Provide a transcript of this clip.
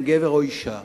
אם גבר או אשה.